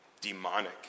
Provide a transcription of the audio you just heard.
demonic